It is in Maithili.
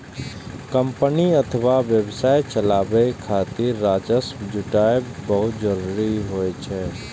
कंपनी अथवा व्यवसाय चलाबै खातिर राजस्व जुटायब बहुत जरूरी होइ छै